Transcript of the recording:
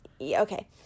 okay